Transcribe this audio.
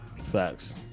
facts